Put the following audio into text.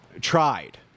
tried